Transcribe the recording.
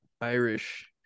Irish